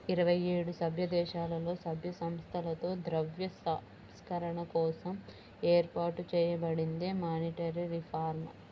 ఇరవై ఏడు సభ్యదేశాలలో, సభ్య సంస్థలతో ద్రవ్య సంస్కరణల కోసం ఏర్పాటు చేయబడిందే మానిటరీ రిఫార్మ్